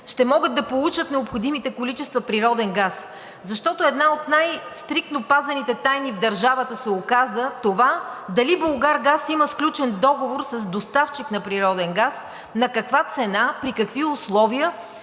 ще могат да получат необходимите количества природен газ, защото една от най-стриктно пазените тайни в държавата се оказа това –дали „Булгаргаз“ има сключен договор с доставчик на природен газ, на каква цена, при какви условия,